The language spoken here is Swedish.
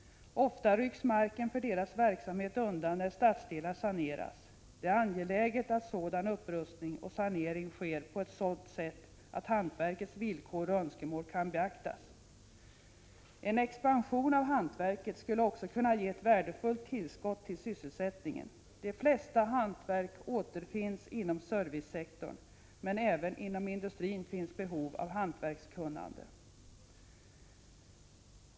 Ofta rycks marken för deras verksamhet undan när stadsdelar saneras. Det är angeläget att sådan upprustning och sanering sker på ett sådant sätt att hantverkets villkor och önskemål kan beaktas. En expansion av hantverket skulle också kunna ge ett värdefullt tillskott till sysselsättningen. De flesta hantverk återfinns inom servicesektorn, men även inom industrin finns behov av hantverkskunnande.